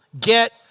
get